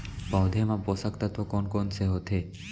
पौधे मा पोसक तत्व कोन कोन से होथे?